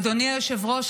אדוני היושב-ראש,